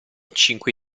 cinque